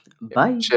Bye